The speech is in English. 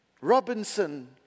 Robinson